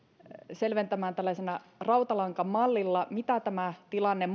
selventämään tällaisella rautalankamallilla mitä tämä tilanne